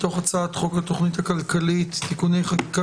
מתוך הצעת חוק התוכנית הכלכלית (תיקוני חקיקה